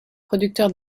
producteur